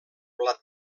blat